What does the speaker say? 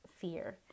fear